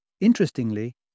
Interestingly